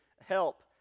help